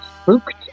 Spooked